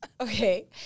Okay